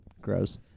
gross